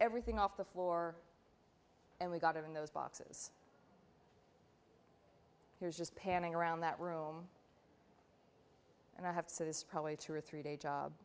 everything off the floor and we've got of in those boxes here's just panning around that room and i have so this probably two or three day job